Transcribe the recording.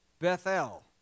Bethel